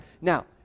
now